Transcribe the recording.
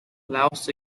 laos